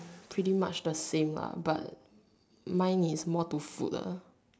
pretty much the same lor but mine is more to food uh